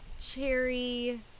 cherry